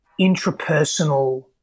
intrapersonal